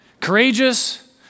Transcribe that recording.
Courageous